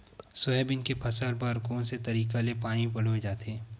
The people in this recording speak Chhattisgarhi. सोयाबीन के फसल बर कोन से तरीका ले पानी पलोय जाथे?